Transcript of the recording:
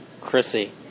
Chrissy